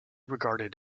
regarded